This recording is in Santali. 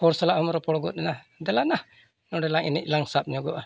ᱦᱚᱲ ᱥᱟᱞᱟᱜ ᱮᱢ ᱨᱚᱯᱚᱲ ᱜᱚᱫᱮᱱᱟ ᱫᱮᱞᱟ ᱱᱟ ᱱᱚᱰᱮᱞᱟᱝ ᱮᱱᱮᱡ ᱞᱟᱝ ᱥᱟᱵ ᱧᱚᱜᱚᱜᱼᱟ